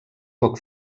poc